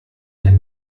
denn